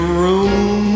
room